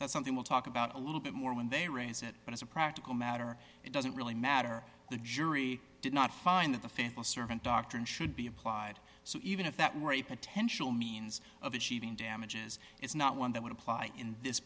that's something we'll talk about a little bit more when they raise it but as a practical matter it doesn't really matter the jury did not find that the faithful servant doctrine should be applied so even if that were a potential means of achieving damages it's not one that would apply in this